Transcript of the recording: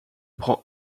prend